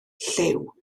llyw